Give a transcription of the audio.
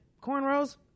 cornrows